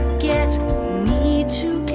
get to